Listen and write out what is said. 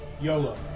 Yolo